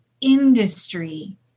industry